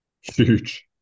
Huge